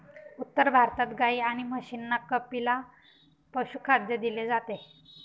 उत्तर भारतात गाई आणि म्हशींना कपिला पशुखाद्य दिले जाते